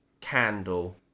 candle